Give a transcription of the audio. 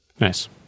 Nice